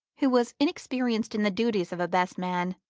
who was inexperienced in the duties of a best man,